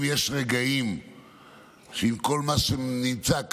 אם יש רגעים שעם כל מה שנמצא כאן,